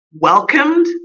welcomed